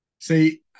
See